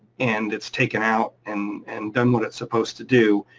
and it's taken out and and done what it's supposed to do.